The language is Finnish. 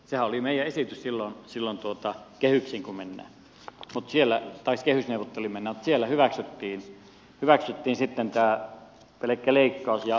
sehän oli meidän esityksemme silloin kun kehysneuvotteluihin mentiin mutta siellä hyväksyttiin sitten tämä pelkkä leikkaus